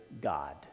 God